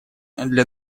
для